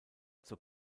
zur